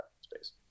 space